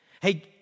Hey